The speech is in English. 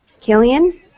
Killian